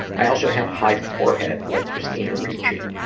i also have a high forehead like christina ricci.